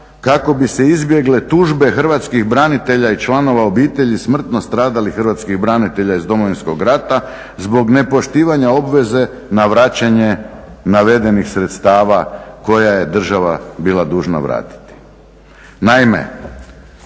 kako bi se izbjegle tužbe hrvatskih branitelja i članova obitelji smrtno stradalih hrvatskih branitelja iz Domovinskog rata zbog nepoštivanja obveze na vraćanje navedenih sredstava koje je država bila dužna vratiti.